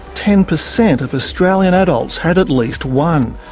ten percent of australian adults had at least one.